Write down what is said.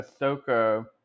Ahsoka